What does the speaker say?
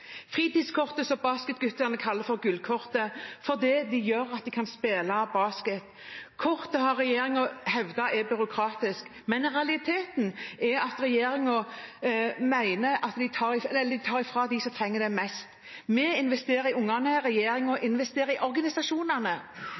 fritidskortet som basketguttene kaller for gullkortet, for det gjør at de kan spille basket. Regjeringen har hevdet at kortet er byråkratisk, men realiteten er at regjeringen tar fra dem som trenger det mest. Vi investerer i ungene, regjeringen investerer i organisasjonene. Men en ekstra ball til organisasjonene gir ikke flere muligheter for den enkelte ungdom til å delta i